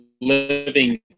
living